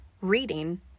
reading